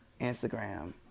instagram